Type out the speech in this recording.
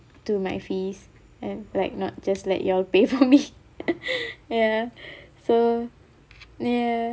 to my fees and like not just let you all pay for me ya so ya